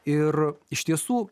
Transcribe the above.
ir iš tiesų